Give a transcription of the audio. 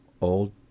old